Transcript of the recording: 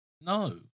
No